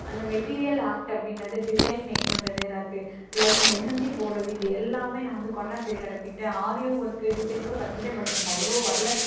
அந்த material art அப்படின்றது design make பண்ணுறது ராக்கு லைக் மெஹந்தி போடுறது இது எல்லாமே நான் வந்து கொரோனா பீரியட்ல கற்றுக்கிட்டேன் ஆரி ஒர்க்கு டிசைன் கூட கற்றுக்கிட்டேன் பட் எனக்கு அவ்வளோவா வரல